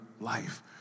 life